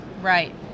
Right